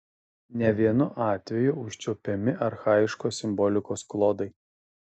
ne vienu atveju užčiuopiami archaiškos simbolikos klodai